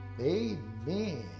Amen